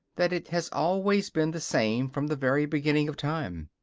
that it has always been the same from the very beginning of time.